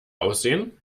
aussehen